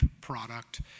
product